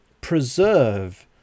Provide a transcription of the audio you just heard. preserve